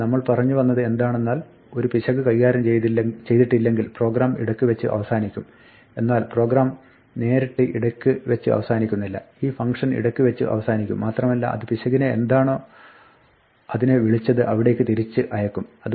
അതുകൊണ്ട് നമ്മൾ പറഞ്ഞുവന്നത് എന്തെന്നാൽ ഒരു പിശക് കൈകാര്യം ചെയ്തിട്ടില്ലെങ്കിൽ പ്രോഗ്രാം ഇടയ്ക്ക് വെച്ച് അവസാനിക്കും എന്നാൽ പ്രോഗ്രാം നേരിട്ട് ഇടയ്ക്ക് വെച്ച് അവസാനിക്കുന്നില്ല ഈ ഫംഗ്ഷൻ ഇടയ്ക്ക് വെച്ച് അവസാനിക്കും മാത്രമല്ല അത് പിശകിനെ എന്താണോ അതിനെ വിളിച്ചത് അവിടേയ്ക്ക് തിരിച്ച് അയക്കും